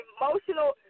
emotional